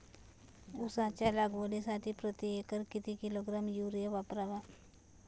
उसाच्या लागवडीसाठी प्रति एकर किती किलोग्रॅम युरिया वापरावा?